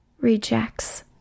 rejects